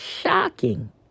Shocking